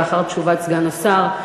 לאחר תשובת סגן השר,